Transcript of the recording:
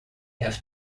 have